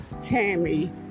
Tammy